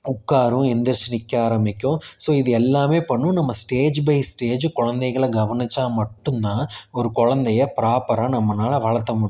உட்காரும் எந்திரிச்சு நிற்க ஆரம்பிக்கும் ஸோ இது எல்லாமே பண்ணும் நம்ம ஸ்டேஜ் பை ஸ்டேஜ் குலந்தைகள கவனிச்சால் மட்டும் தான் ஒரு குலந்தைய ப்ராப்பராக நம்மனால் வளர்த்த முடியும்